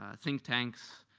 ah think tanks,